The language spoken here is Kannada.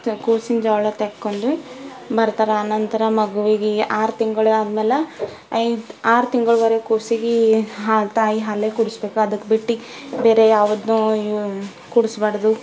ಕೂಸಿನ ಜವಳ ತೆಕ್ಕೊಂಡು ಬರ್ತಾರೆ ಆನಂತರ ಮಗುವಿಗೆ ಆರು ತಿಂಗಳು ಆದ್ಮೇಲೆ ಐದು ಆರು ತಿಂಗಳವರೆಗು ಕೂಸಿಗೆ ಹಾಲು ತಾಯಿ ಹಾಲೇ ಕುಡಿಸಬೇಕು ಅದಕ್ಕೆ ಬಿಟ್ಟು ಬೇರೆ ಯಾವುದನ್ನೋ ಕುಡಿಸ್ಬಾರ್ದು